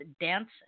Dance